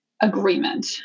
agreement